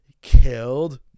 killed